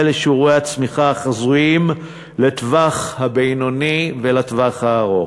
לשיעורי הצמיחה החזויים לטווח הבינוני ולטווח הארוך,